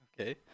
Okay